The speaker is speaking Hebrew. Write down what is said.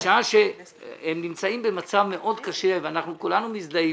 בשעה שהם נמצאים במצב מאוד קשה וכולנו מזדהים